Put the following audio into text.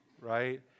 right